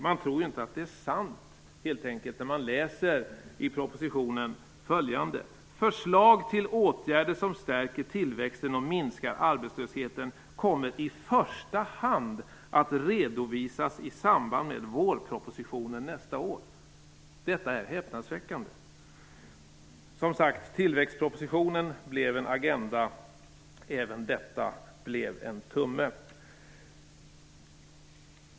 Man tror helt enkelt inte att det är sant när man läser följande i propositionen: Förslag till åtgärder som stärker tillväxten och minskar arbetslösheten kommer i första hand att redovisas i samband med vårpropositionen nästa år. Detta är häpnadsväckande. Tillväxtpropositionen blev en agenda. Även detta blev en tumme.